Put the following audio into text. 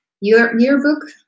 yearbook